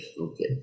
okay